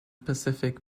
pacific